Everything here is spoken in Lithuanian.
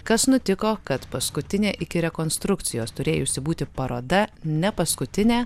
kas nutiko kad paskutinė iki rekonstrukcijos turėjusi būti paroda nepaskutinė